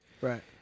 Right